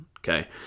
Okay